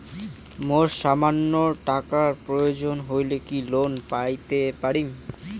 মোর সামান্য টাকার প্রয়োজন হইলে কি লোন পাইতে পারি?